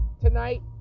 tonight